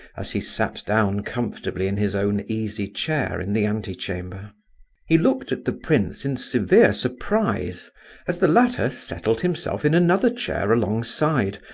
as he sat down comfortably in his own easy-chair in the ante-chamber. he looked at the prince in severe surprise as the latter settled himself in another chair alongside,